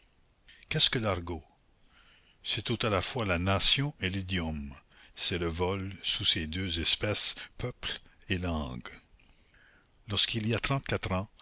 qu'est-ce que l'argot c'est tout à la fois la nation et l'idiome c'est le vol sous ses deux espèces peuple et langue lorsqu'il y a trente-quatre ans